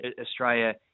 Australia